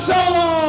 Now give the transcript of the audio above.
Solo